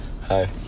Hi